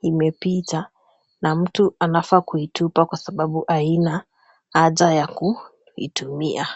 imepita na mtu anafaa kuitupa kwa sababu haina haja ya kuitumia.